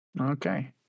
Okay